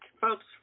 Folks